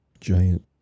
giant